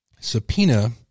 subpoena